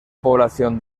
población